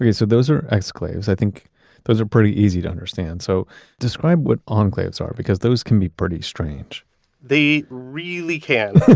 yeah so those are exclaves. i think those are pretty easy to understand. so describe what enclaves are because those can be pretty strange they really can.